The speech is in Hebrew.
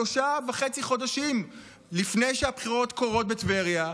שלושה וחצי חודשים לפני שהבחירות קורות בטבריה,